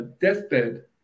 deathbed